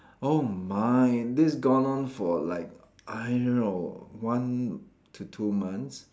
oh my this gone on for like I don't know one to two months